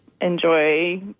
enjoy